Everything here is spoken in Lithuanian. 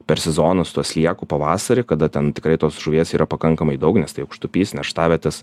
per sezoną su tuo slieku pavasarį kada ten tikrai tos žuvies yra pakankamai daug nes tai aukštupys nerštavietės